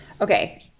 Okay